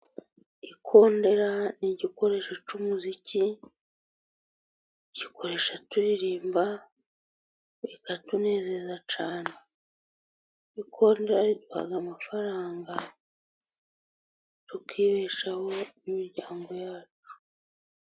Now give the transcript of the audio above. Ikondera n' igikoresho cy'umuziki tugikoresha turirimba bikatunezeza cyane. Ikondera riduha amafaranga tukibeshaho n'imiryango yacu.